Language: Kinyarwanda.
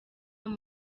rero